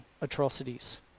atrocities